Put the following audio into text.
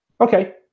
Okay